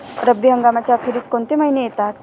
रब्बी हंगामाच्या अखेरीस कोणते महिने येतात?